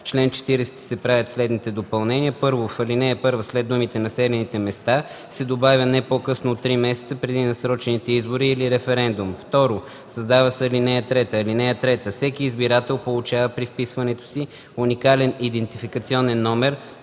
чл. 40 се правят следните допълнения: „1. В ал. 1 след думите „населените места” се добавя „не по-късно от три месеца преди насрочените избори или референдум”. 2. Създава се ал. 3: „(3) Всеки избирател получава при вписването си уникален идентификационен номер,